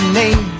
name